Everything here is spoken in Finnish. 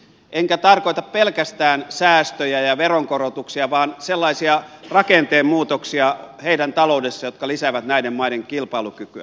enkä tarkoita pelkästään säästöjä ja veronkorotuksia vaan sellaisia rakenteen muutoksia heidän taloudessaan jotka lisäävät näiden maiden kilpailukykyä